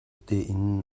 tein